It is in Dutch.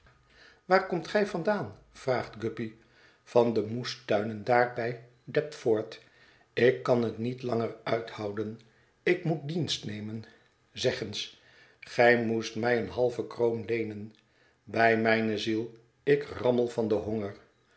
waar komt gij vandaan vraagt guppy van d e moestuinen daar by d e p t f o r d ik kan het niet langer uithouden ik moet dienst nemen zeg eens gij moest mij eene halve kronleenen bij mijne ziel ik rammel van den honger